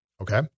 Okay